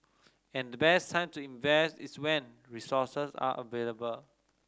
and the best time to invest is when resources are available